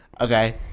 Okay